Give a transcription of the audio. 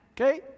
okay